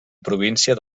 província